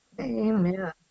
Amen